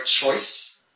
choice